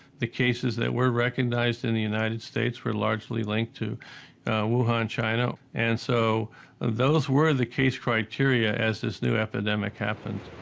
the cases that were recognized in the united states were largely linked to wuhan, china, and so ah those were the case criteria as this new epidemic happened.